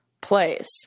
place